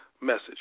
message